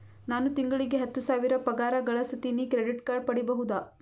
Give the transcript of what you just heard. ನಾನು ತಿಂಗಳಿಗೆ ಹತ್ತು ಸಾವಿರ ಪಗಾರ ಗಳಸತಿನಿ ಕ್ರೆಡಿಟ್ ಕಾರ್ಡ್ ಪಡಿಬಹುದಾ?